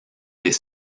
des